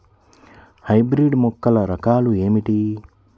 Hybrid మొక్కల రకాలు ఏమిటి?